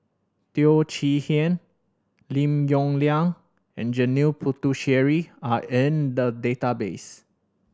Teo Chee Hean Lim Yong Liang and Janil Puthucheary are in the database